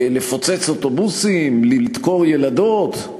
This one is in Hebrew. לפוצץ אוטובוסים, לדקור ילדות,